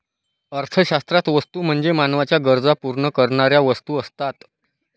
अर्थशास्त्रात वस्तू म्हणजे मानवाच्या गरजा पूर्ण करणाऱ्या वस्तू असतात